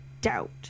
doubt